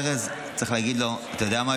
ארז?" צריך להגיד לו: אתה יודע מה,